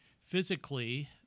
physically